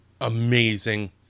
amazing